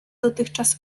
dotychczas